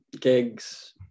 gigs